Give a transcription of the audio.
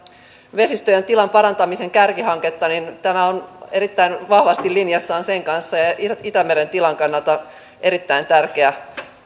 vesistöjen tilan parantamisen kärkihanketta niin tämä on erittäin vahvasti linjassa sen kanssa ja on itämeren tilan kannalta erittäin tärkeä